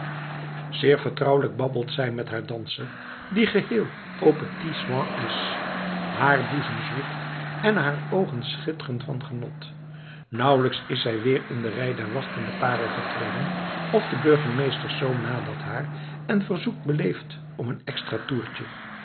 zeer vertrouwelijk babbelt zij met haar danser die geheel aux petits soins is haar boezem zwoegt en haar oogen schitteren van genot nauwelijks is zij weer in de rij der wachtende paren getreden of de burgemeesterszoon nadert haar en verzoekt beleefd om een